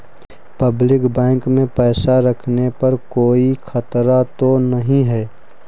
Public bank में पैसा रखने पर कोई खतरा तो नहीं है?